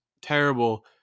terrible